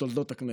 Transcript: בתולדות הכנסת.